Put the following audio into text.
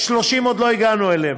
30, עוד לא הגענו אליהם.